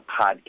podcast